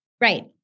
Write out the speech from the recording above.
Right